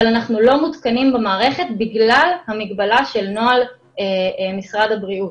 אבל אנחנו לא מותקנים במערכת בגלל המגבלה של נוהל משרד הבריאות.